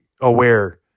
aware